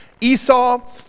Esau